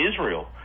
Israel